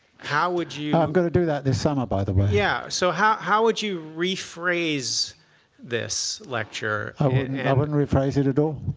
how would you i'm going to do that this summer, by the way. yeah, so how how would you rephrase this lecture? i wouldn't rephrase it at all.